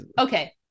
Okay